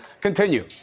Continue